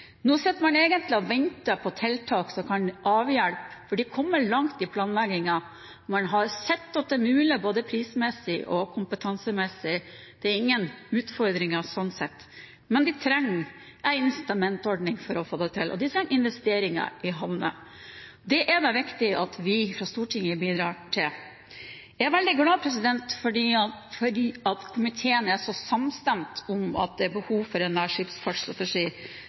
på tiltak som kan avhjelpe, for de har kommet langt i planleggingen. Man har sett at det er mulig både prismessig og kompetansemessig, det er ingen utfordringer sånn sett. Men de trenger en incitamentsordning for å få det til, og de trenger investeringer i havner. Det er det viktig at vi på Stortinget bidrar til. Jeg er veldig glad for at komiteen er så samstemt om at det er behov for en